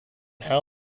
how